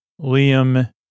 Liam